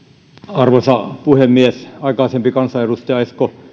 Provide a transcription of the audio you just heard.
arvoisa puhemies aikaisempi kansanedustaja esko